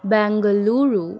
Bengaluru